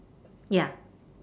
ya